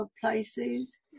places